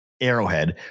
Arrowhead